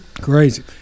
Crazy